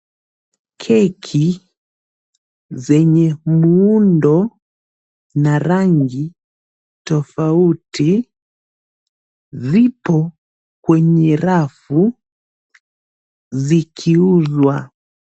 Keki zenye muundo na rangi tafauti vipo kwenye rafu zikiuswa.